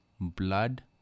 blood